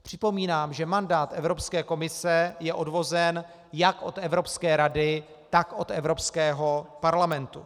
Připomínám, že mandát Evropské komise je odvozen jak od Evropské rady, tak od Evropského parlamentu.